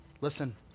Listen